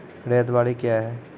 रैयत बाड़ी क्या हैं?